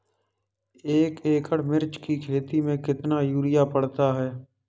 एक एकड़ मिर्च की खेती में कितना यूरिया पड़ता है?